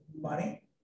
money